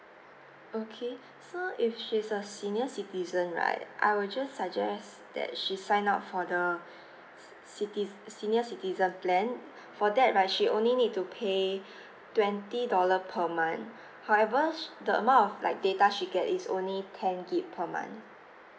okay so if she's a senior citizen right I will just suggest that she sign up for the citi~ senior citizen plan for that right she only need to pay twenty dollar per month however the amount of like data she get is only ten gig per month